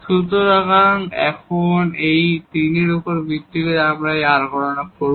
সুতরাং এখন এই 3 এর উপর ভিত্তি করে আমরা এই r গণনা করব